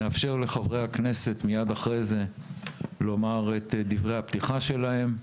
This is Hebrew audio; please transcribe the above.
מיד אחרי זה נאפשר לחברי הכנסת לומר את דברי הפתיחה שלהם,